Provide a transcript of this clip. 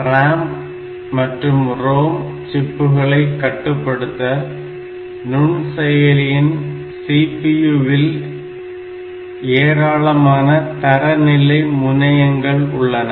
RAM மற்றும் ROM சிப்புகளை கட்டுப்படுத்த நுண்செயலியின் CPU இல் ஏராளமான தரநிலை முனையங்கள் உள்ளன